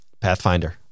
Pathfinder